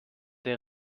der